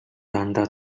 дандаа